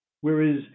Whereas